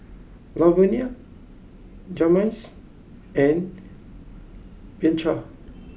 Lavonia Jazmines and Bianca